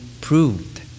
proved